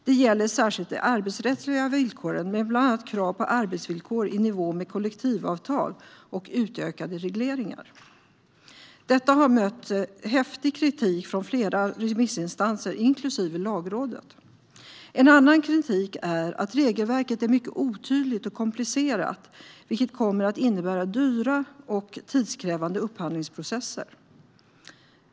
Det gäller särskilt de arbetsrättsliga villkoren, med bland annat krav på arbetsvillkor i nivå med kollektivavtal, och utökade regleringar. Detta har mött häftig kritik från flera remissinstanser, inklusive Lagrådet. En annan kritik är att regelverket är mycket otydligt och komplicerat, vilket kommer att innebära dyra och tidskrävande upphandlingsprocesser.